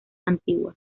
antiguas